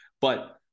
But-